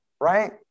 right